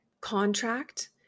contract